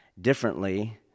differently